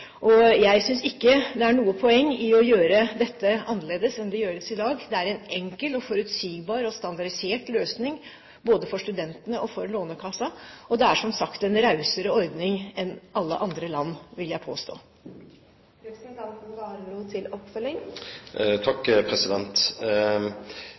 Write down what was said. Jeg synes ikke det er noe poeng i å gjøre dette annerledes enn det gjøres i dag. Det er en enkel, forutsigbar og standardisert løsning både for studentene og for Lånekassen. Og det er som sagt en rausere ordning enn det man har i alle andre land, vil jeg